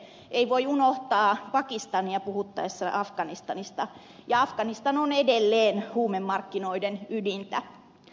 ei voi unohtaa pakistania puhuttaessa afganistanista ja afganistan on edelleen huumemarkkinoiden ydintä